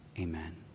Amen